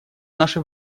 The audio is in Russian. наше